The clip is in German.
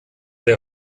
der